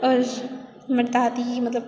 आओर हमर दादी मतलब